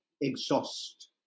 exhaust